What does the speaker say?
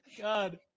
God